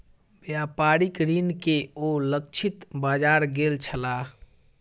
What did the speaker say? व्यापारिक ऋण के ओ लक्षित बाजार गेल छलाह